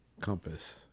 Compass